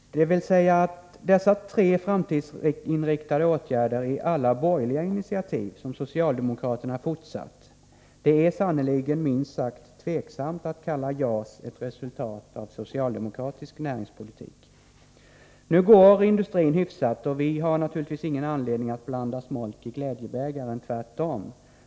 Dessa tre framtidsinriktade åtgärder är alltså alla borgerliga initiativ, som socialdemokraterna fortsatt. Det är sannerligen minst sagt tveksamt att kalla JAS ett resultat av socialdemokratisk näringspolitik. Nu går industrin hyfsat, och vi har naturligtvis ingen anledning att blanda smolk i glädjebägaren — tvärtom.